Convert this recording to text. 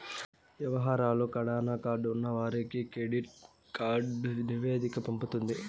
యవహారాలు కడాన కార్డు ఉన్నవానికి కెడిట్ కార్డు నివేదిక పంపుతుండు